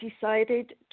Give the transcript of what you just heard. decided